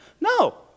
No